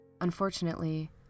Unfortunately